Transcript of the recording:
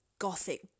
gothic